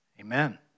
Amen